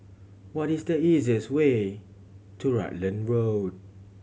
what is the easiest way to Rutland Road